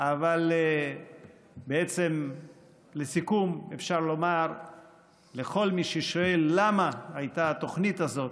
אבל בעצם לסיכום אפשר לומר לכל מי ששואל למה הייתה התוכנית הזאת,